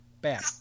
bad